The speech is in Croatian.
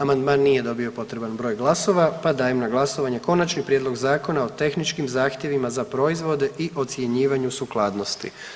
Amandman nije dobio potreban broj glasova, pa dajem na glasovanje Konačni prijedlog Zakona o tehničkim zahtjevima za proizvode i ocjenjivanju sukladnosti.